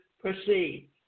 proceed